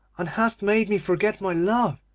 and hast made me forget my love,